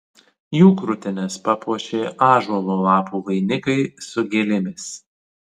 jų krūtines papuošė ąžuolo lapų vainikai su gėlėmis